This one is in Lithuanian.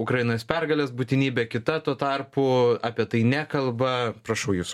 ukrainos pergalės būtinybę kita tuo tarpu apie tai nekalba prašau jūsų